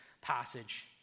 passage